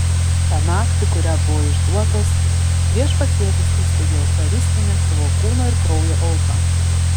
tą naktį kurią buvo išduotas viešpats jėzus įsteigė eucharistinę savo kūno ir kraujo auką